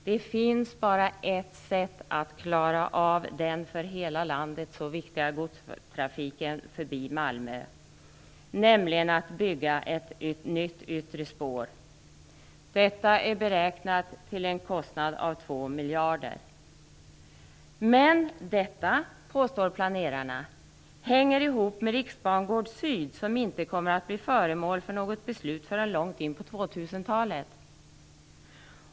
Det finns bara ett sätt att klara av den för hela landet så viktiga godstrafiken förbi Malmö, nämligen att bygga ett nytt yttre spår. Detta är beräknat till en kostnad av 2 miljarder. Men detta, påstår planerarna, hänger ihop med Riksbangård Syd som inte kommer att bli föremål för något beslut förrän långt in på 2000-talet.